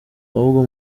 ahubwo